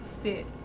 sit